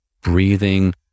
breathing